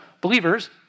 believers